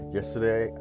yesterday